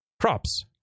crops